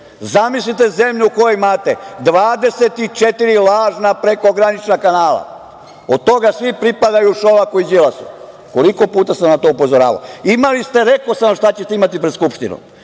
zemlju u kojoj imate 24 lažna prekogranična kanala. Od toga svi pripadaju Šolaku i Đilasu, koliko puta sam vas na to upozoravao? Imali ste, rekao sam vam šta ćete imati pred Skupštinu.